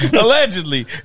Allegedly